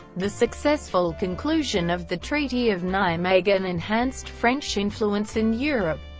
the successful conclusion of the treaty of nijmegen enhanced french influence in europe,